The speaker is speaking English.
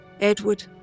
Edward